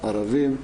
ערבים,